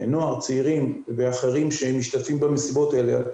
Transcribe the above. לנוער ואחרים שמשתתפים במסיבות האלה,